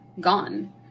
gone